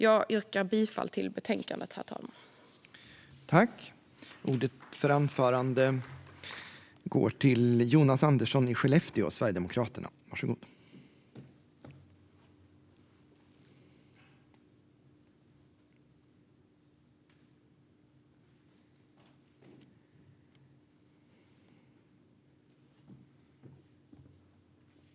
Jag yrkar bifall till utskottets förslag i betänkandet.